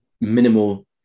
minimal